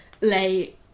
lay